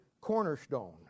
cornerstone